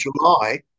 July